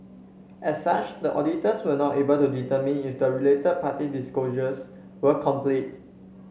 as such the auditors were not able to determine if the related party disclosures were complete